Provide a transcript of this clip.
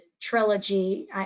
trilogy